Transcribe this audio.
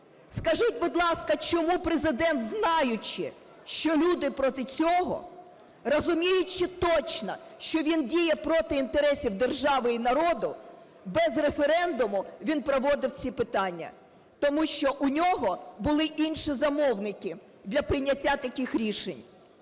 скажіть, будь ласка, чому Президент, знаючи, що люди проти цього, розуміючи точно, що він діє проти інтересів держави і народу, без референдуму, він проводив ці питання? Тому що у нього були інші замовники для прийняття таких рішень.